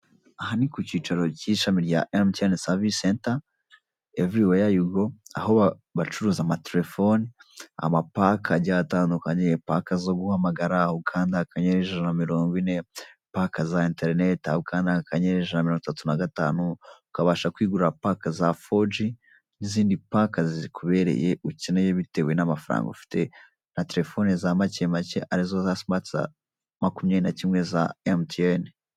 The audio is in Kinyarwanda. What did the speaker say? Aha ni ku cyicaro cy'ishami rya Emutiyeni savisi senta, evuri weya yu go. Aho bacuruza amaterefone, amapake agiye atandukanye, pake zo guhamagara ukanda akanyenyeri ijana na mingo ine. Paka za interineti aho ukanda akanyenyeri ijana na mirongo itatu na gatanu, ukabasha kwigurira pake za fogi n'izindi pake zikubereye, ukeneye bitewe n'amafaranga ufite, na terefone za macye macye arizo za simati za makumyabiri na kimwe za Emutiyeni.